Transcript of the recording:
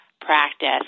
practice